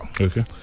Okay